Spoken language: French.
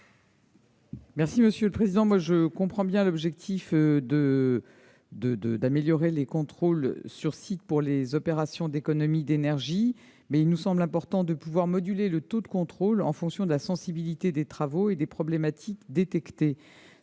l'avis du Gouvernement ? Je comprends votre souhait d'améliorer les contrôles sur site pour les opérations d'économies d'énergie, mais il me semble important de moduler le taux de contrôles en fonction de la sensibilité des travaux et des problématiques détectées.